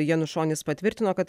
janušonis patvirtino kad